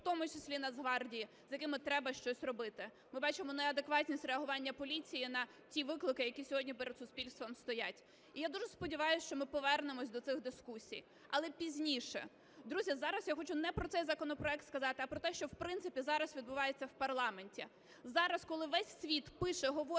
в тому числі Нацгвардії, з якими треба щось робити. Ми бачимо неадекватність реагування поліції на ті виклики, які сьогодні перед суспільством стоять. І я дуже сподіваюсь, що ми повернемось до цих дискусій, але пізніше. Друзі, зараз я хочу не про цей законопроект сказати, а про те, що в принципі зараз відбувається в парламенті. Зараз, коли весь світ пише, говорить,